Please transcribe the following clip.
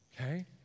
Okay